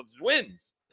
wins